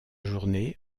journée